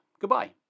goodbye